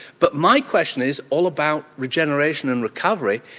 but my question is all about regeneration and recovery.